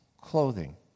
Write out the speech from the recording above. clothing